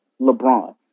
LeBron